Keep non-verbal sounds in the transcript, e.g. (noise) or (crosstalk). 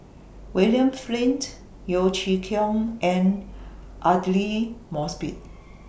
William Flint Yeo Chee Kiong and Aidli Mosbit (noise)